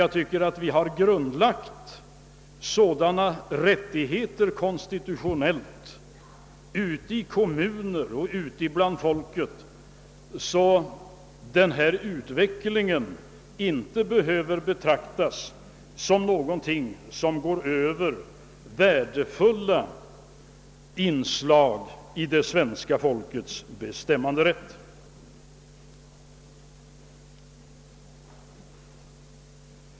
Jag tycker att vi har grundlagt sådana konstitutionella rättigheter i kommunerna och ute bland folket, att denna utveckling inte behöver gå ut över värdefulla inslag i det svenska folkets bestämmanderätt.